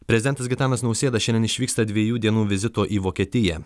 prezidentas gitanas nausėda šiandien išvyksta dviejų dienų vizito į vokietiją